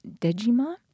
Dejima